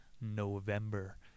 November